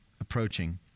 approaching